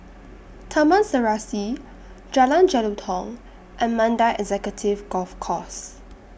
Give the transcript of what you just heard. Taman Serasi Jalan Jelutong and Mandai Executive Golf Course